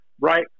Right